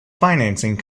financing